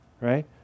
right